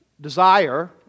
desire